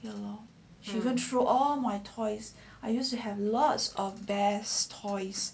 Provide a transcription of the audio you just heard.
ya lor she went through all my toys I used to have lots of bear toys